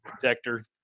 detector